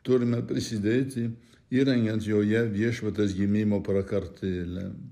turime prisidėti įrengiant joje viešpaties gimimo prakartėlę